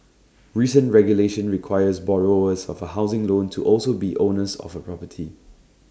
recent regulation requires borrowers of A housing loan to also be owners of A property